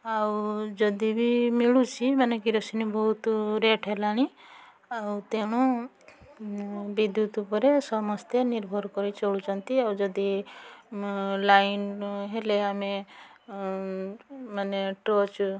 ଆଉ ଯଦିବି ମିଳୁଛି ମାନେ କିରୋସିନି ବହୁତ ରେଟ୍ ହେଲାଣି ଆଉ ତେଣୁ ବିଦ୍ୟୁତ୍ ଉପରେ ସମସ୍ତେ ନିର୍ଭର କରି ଚଳୁଛନ୍ତି ଆଉ ଯଦି ଲାଇନ୍ ହେଲେ ଆମେ ମାନେ ଟର୍ଚ୍ଚ